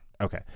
Okay